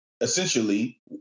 essentially